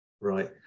right